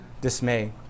dismay